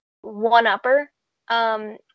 one-upper